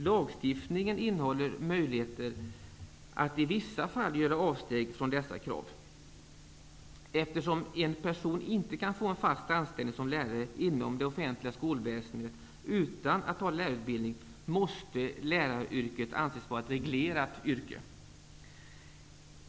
Lagstiftningen innehåller möjligheter att i vissa fall göra avsteg från dessa krav. Eftersom en person inte kan få en fast anställning som lärare inom det offentliga skolväsendet utan att ha lärarutbildning, måste läraryrket anses vara ett reglerat yrke.